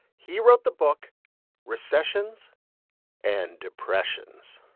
he wrote the book recessions and depressions.